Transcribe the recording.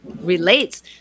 relates